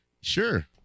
Sure